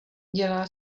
dělá